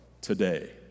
today